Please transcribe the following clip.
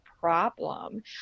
problem